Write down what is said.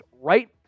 right